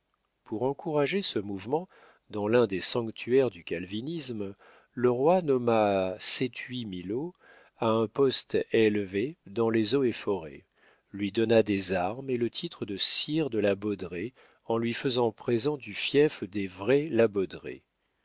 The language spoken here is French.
pour encourager ce mouvement dans l'un des sanctuaires du calvinisme le roi nomma cettui milaud à un poste élevé dans les eaux et forêts lui donna des armes et le titre de sire de la baudraye en lui faisant présent du fief des vrais